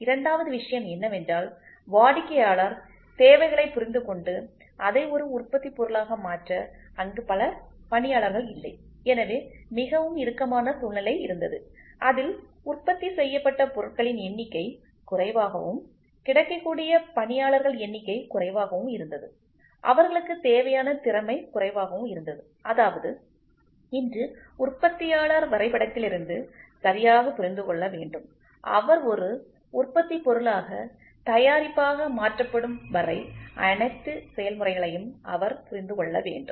இரண்டாவது விஷயம் என்னவென்றால் வாடிக்கையாளர் தேவைகளைப் புரிந்துகொண்டு அதை ஒரு உற்பத்தி பொருளாக மாற்ற அங்கு பல பணியாளர்கள் இல்லை எனவே மிகவும் இறுக்கமான சூழ்நிலை இருந்தது அதில் உற்பத்தி செய்யப்பட்ட பொருட்களின் எண்ணிக்கை குறைவாகவும் கிடைக்கக்கூடிய பணியாளர்கள் எண்ணிக்கை குறைவாகவும் இருந்தது அவர்களுக்கு தேவையான திறமை குறைவாகவும் இருந்ததுஅதாவது இன்று உற்பத்தியாளர் வரைபடத்திலிருந்து சரியாக புரிந்து கொள்ள வேண்டும் அவர் ஒரு உற்பத்தி பொருளாக தயாரிப்பாக மாற்றப்படும் வரை அனைத்து செயல்முறைகளையும் அவர் புரிந்து கொள்ள வேண்டும்